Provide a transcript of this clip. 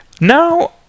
Now